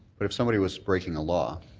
but if somebody was breaking the law,